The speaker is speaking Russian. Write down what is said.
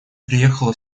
приехала